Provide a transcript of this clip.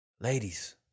Ladies